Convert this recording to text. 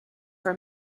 for